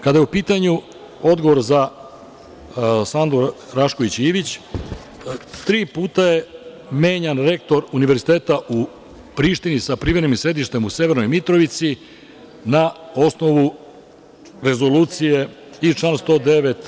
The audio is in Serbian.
Kada je u pitanju odgovor za Sandu Rašković Ivić, tri puta je menjan rektor Univerziteta u Prištini sa privremenim sedištem u severnoj Mitrovici na osnovu rezoluciji i člana 109.